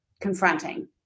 confronting